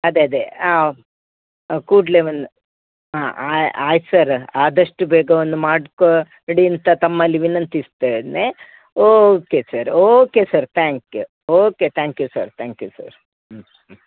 ಅದೆ ಅದೆ ಹಾಂ ಕೂಡಲೆ ಒಂದು ಹಾಂ ಆಯ್ತು ಸರ್ ಆದಷ್ಟು ಬೇಗ ಒಂದು ಮಾಡ್ಕೋಡಿ ಅಂತ ತಮ್ಮಲ್ಲಿ ವಿನಂತಿಸ್ತೇನೆ okay sir okay sir thank you okay thank you sir thank you sir ಹ್ಞೂ ಹ್ಞೂ